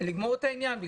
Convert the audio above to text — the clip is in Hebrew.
ולגמור את העניין.